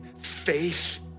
faith